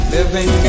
Living